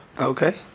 Okay